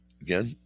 Again